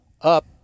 up